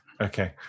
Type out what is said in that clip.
Okay